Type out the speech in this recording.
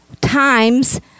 times